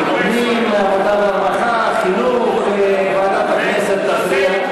פנים, עבודה ורווחה, חינוך, ועדת הכנסת תכריע.